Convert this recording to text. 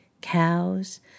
cows